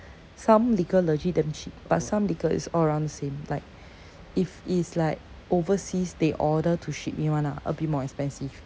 some liquor legit damn cheap but some liquor is all around the same like if it's like overseas they order to ship in [one] ah a bit more expensive